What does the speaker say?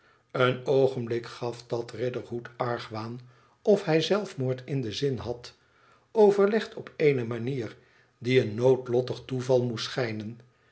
en oogenblik gaf dat riderhood argwaan of hij zelfmoord in den zin had overlegd op eene manier die een noodlottig toeval moest schijnen